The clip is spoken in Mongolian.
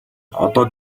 одоо